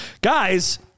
Guys